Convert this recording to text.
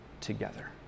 together